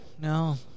No